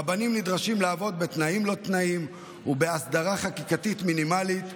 רבנים נדרשים לעבוד בתנאים-לא-תנאים ובהסדרה חקיקתית מינימלית,